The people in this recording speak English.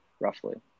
roughly